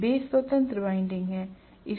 वे स्वतंत्र वाइंडिंग हैं